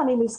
יש